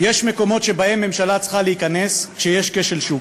יש מקומות שבהם ממשלה צריכה להיכנס כשיש כשל שוק,